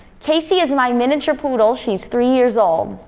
caysie is my miniature poodle she's three years old.